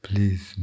Please